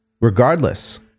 regardless